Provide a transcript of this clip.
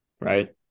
Right